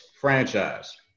franchise